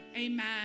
Amen